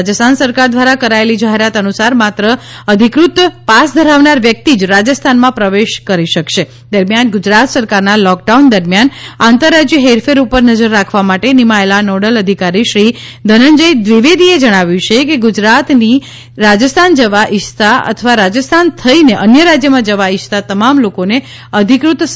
રાજસ્થાન સરકાર દ્વારા કરાયેલી જાહેરાત અનુસાર માત્ર અધિકૃત પાસ ધરાવનાર વ્યક્તિ જ રાજસ્થાનમાં પ્રવેશ કરી શકશેદરમિયાન ગુજરાત સરકારના લોકડાઉન દરમિયાન આંતર રાજ્ય હેરફેર ઉપર નજર રાખવા માટે નિમાયેલા નોડલ અધિકારી શ્રી ધનંજય દ્વિવેદીએ જણાવ્યું છે કે ગુજરાતથી રાજસ્થાન જવા ઇચ્છતા અથવા રાજસ્થાન થઈને અન્ય રાજ્યમાં જવા ઇચ્છતા તમામ લોકોને અધિકૃત સતાવાળા પાસેથી પાસ મેળવવો પડશે